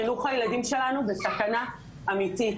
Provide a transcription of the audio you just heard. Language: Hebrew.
חינוך הילדים שלנו בסכנה אמיתית.